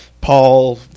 paul